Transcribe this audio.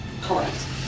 Correct